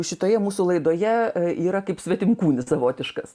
šitoje mūsų laidoje yra kaip svetimkūnis savotiškas